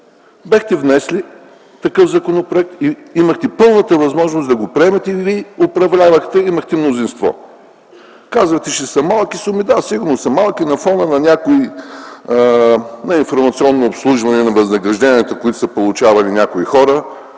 бяхте внесли такъв законопроект и имахте пълната възможност да го приемете, защото вие управлявахте и имахте мнозинство. Казвате, че сумите са малки. Да, сигурно са малки на фона на информационното обслужване, на възнагражденията, които са получавали някои хора,